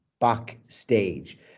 backstage